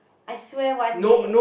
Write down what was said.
I swear one day